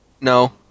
No